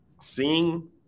Seeing